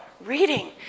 reading